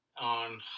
on